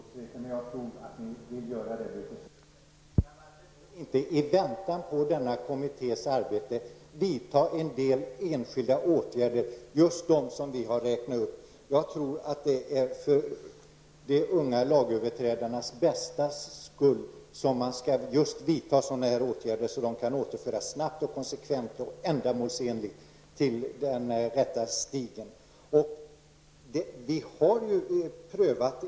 Herr talman! Om man tar allvarligt på ungdomsbrottsligheten, vilket jag tror att ni gör, bör man i väntan på denna kommittés arbete kunna vidta en del enskilda åtgärder -- de som vi har räknat upp. Jag tror att man för de unga lagöverträdarnas bästa skall vidta sådana här åtgärder så att de snabbt, konsekvent och ändamålsenligt kan återföras till den rätta stigen.